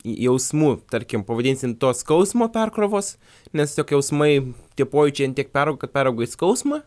jausmų tarkim pavadinsim to skausmo perkrovos nes tiesiog jausmai tie pojūčiai ant tiek peraug kad perauga į skausmą